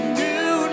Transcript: new